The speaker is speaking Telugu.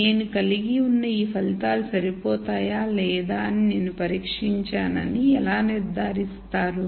నేను కలిగి ఉన్న ఫలితాలు సరిపోతాయా లేదా అని నేను పరీక్షించానని ఎలా నిర్ధారిస్తాను